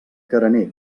carener